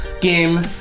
game